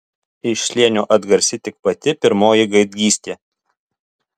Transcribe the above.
iš slėnio atgarsi tik pati pirmoji gaidgystė